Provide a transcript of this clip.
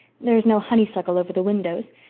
there is no honeysuckle over the windows,